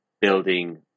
building